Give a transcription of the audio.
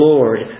Lord